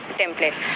template